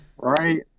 right